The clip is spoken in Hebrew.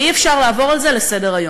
ואי-אפשר לעבור על זה לסדר-היום.